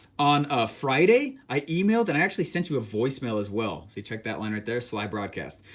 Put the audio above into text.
on a friday i emailed and i actually sent you a voicemail as well. see check that line right there, sly broadcast.